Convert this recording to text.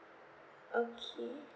okay